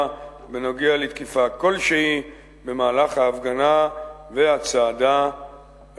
בנוגע לתקיפה כלשהי במהלך ההפגנה והצעדה